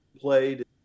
played